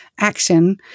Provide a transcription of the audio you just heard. action